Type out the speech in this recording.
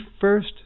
first